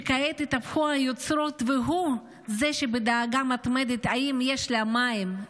וכעת התהפכו היוצרות והוא זה שבדאגה מתמדת אם יש לה מים,